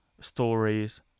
stories